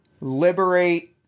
liberate